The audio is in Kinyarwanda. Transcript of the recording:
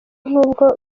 n’ubwo